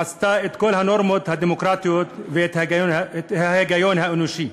חצתה את כל הנורמות הדמוקרטיות ואת ההיגיון האנושי.